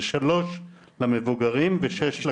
זה שלוש למבוגרים ושש לקטינים.